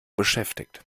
beschäftigt